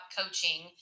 coaching